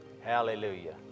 Hallelujah